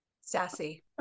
sassy